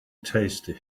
tasty